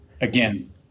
again